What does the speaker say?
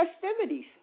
festivities